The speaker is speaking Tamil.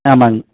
ஆமாம்ங்க